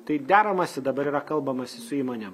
tai deramasi dabar yra kalbamasi su įmonėm